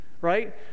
right